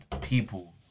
people